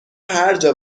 هرجا